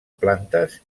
plantes